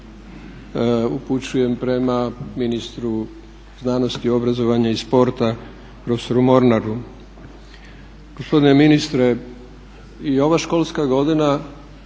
upućujem prema ministru znanosti, obrazovanja i sporta profesoru Mornaru.